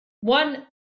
one